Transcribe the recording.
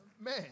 man